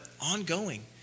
ongoing